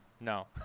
No